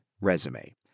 resume